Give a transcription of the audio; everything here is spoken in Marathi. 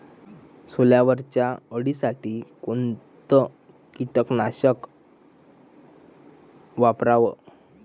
सोल्यावरच्या अळीसाठी कोनतं कीटकनाशक वापराव?